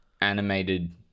animated